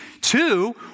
two